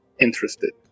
interested